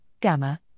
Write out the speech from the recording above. Gamma